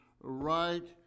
right